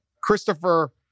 Christopher